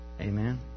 Amen